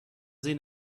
این